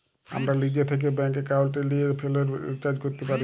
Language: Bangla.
আমরা লিজে থ্যাকে ব্যাংক একাউলটে লিয়ে ফোলের রিচাজ ক্যরতে পারি